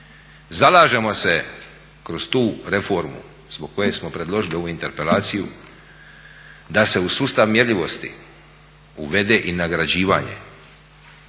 Zalažemo se kroz tu reformu zbog koje smo predložili ovu interpelaciju da se u sustav mjerljivosti uvede i nagrađivanje